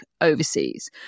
overseas